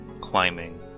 climbing